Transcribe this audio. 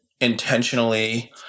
intentionally